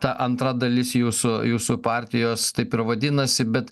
ta antra dalis jūsų jūsų partijos taip ir vadinasi bet